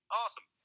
awesome